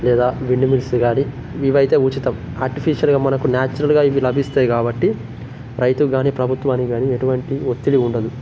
లేదా windmills గానీ ఇవయితే ఉచితం ఆర్టిఫిషియల్గా మనకు న్యాచురల్గా ఇవి లభిస్తాయి కాబట్టి రైతుకు గానీ ప్రభుత్వానికి గానీ ఎటువంటి ఒత్తిడి ఉండదు